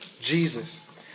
Jesus